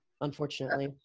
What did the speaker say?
unfortunately